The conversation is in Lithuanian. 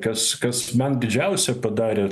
kas kas man didžiausią padarė